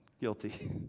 guilty